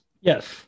Yes